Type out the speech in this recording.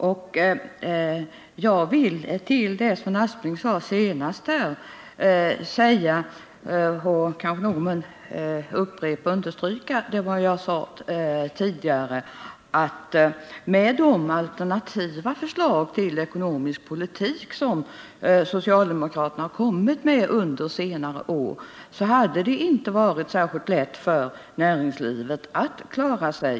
Med anledning av det Sven Aspling sade senast vill jag understryka vad jag sade tidigare, nämligen att med den ekonomiska politik som socialdemokraterna förordat under senare år hade det inte varit särskilt lätt för näringslivet att klara sig.